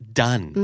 done